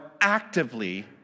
actively